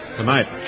tonight